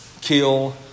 kill